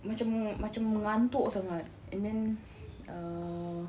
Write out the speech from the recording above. macam macam mengantuk sangat and then err